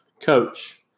coach